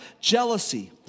jealousy